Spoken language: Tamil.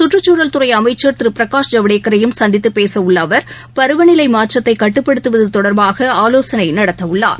சுற்றுச்சூழல்துறை அமைச்சர் திரு பிரகாஷ் ஜவடேக்கரையும் சந்தித்துப் பேச உள்ள அவர் பருவநிலை மாற்றத்தை கட்டுப்படுத்துவது தொடர்பாக ஆலோசனை நடத்த உள்ளார்